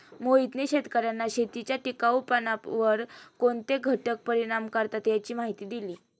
मोहितने शेतकर्यांना शेतीच्या टिकाऊपणावर कोणते घटक परिणाम करतात याची माहिती दिली